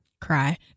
Cry